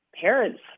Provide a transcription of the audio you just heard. parents